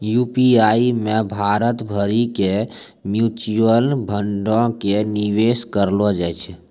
UTI मे भारत भरि के म्यूचुअल फंडो के निवेश करलो जाय छै